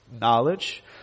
knowledge